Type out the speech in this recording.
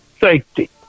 safety